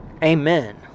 Amen